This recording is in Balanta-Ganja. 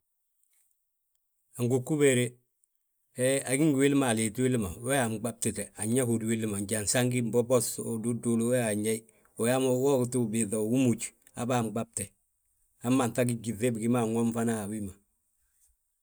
Angugubi he de, he agí ngi wili a liitini ma, wee wa anɓabtite. Anyaa hódi willi ma njan sangí, mbo bos uduulu wee wi anyaayi, uyaa mo, wee ttu biiŧa unanwi múj, haba anɓabte, hamma wi ma nwomi fana.